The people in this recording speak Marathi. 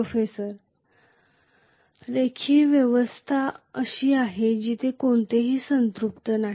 रोफेसरः रेखीय व्यवस्था अशी आहे जिथे कोणतेही संतृप्ति नाही